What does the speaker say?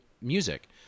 music